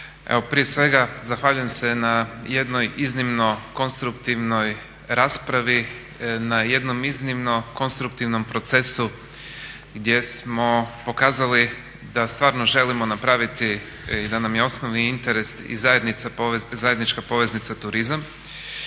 prije svega zahvaljujem se na jednoj iznimno konstruktivnoj raspravi, na jednom iznimno konstruktivnom procesu gdje smo pokazali da stvarno želimo napraviti i da nam je osnovni interes i zajednička poveznica turizam.